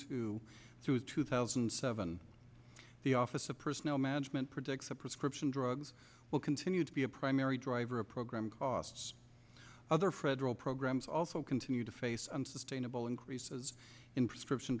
two to two thousand and seven the office of personnel management predicts that prescription drugs will continue to be a primary driver of program costs other fredrik programs also continue to face unsustainable increases in prescription